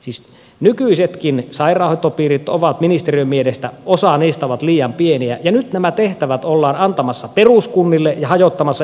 siis nykyisetkin sairaanhoitopiirit ovat ministeriön mielestä osa niistä liian pieniä ja nyt nämä tehtävät ollaan antamassa peruskunnille ja hajottamassa entisestään